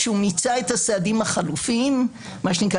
שהוא מיצה את הסעדים החלופיים מה שנקרא